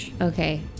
Okay